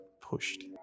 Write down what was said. pushed